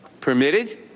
permitted